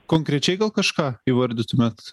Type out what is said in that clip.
konkrečiai gal kažką įvardytumėt